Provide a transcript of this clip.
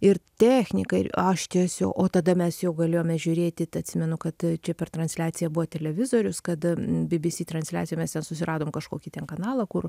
ir technika ir aš tiesio o tada mes jau galėjome žiūrėti t atsimenu kad čia per transliaciją buvo televizorius kad bbc transliaciją mes ją susiradom kažkokį ten kanalą kur